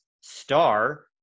star